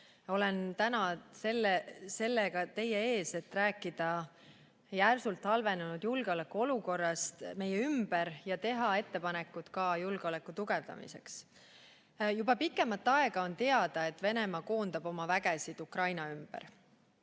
Olen täna teie ees selleks, et rääkida järsult halvenenud julgeolekuolukorrast meie ümber ja teha ka ettepanekud julgeoleku tugevdamiseks. Juba pikemat aega on teada, et Venemaa koondab oma vägesid Ukraina ümber.